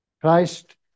Christ